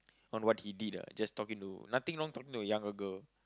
on what he did ah just talking to nothing wrong talking to a younger girl